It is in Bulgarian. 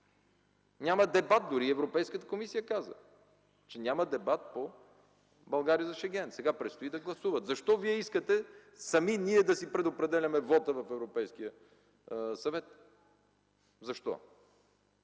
няма дебат! Дори Европейската комисия каза, че няма дебат по България за Шенген. Сега предстои да гласуват. Защо вие искате сами да си предопределяме вота в Европейския съвет? Защо?